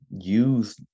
use